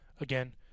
Again